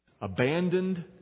abandoned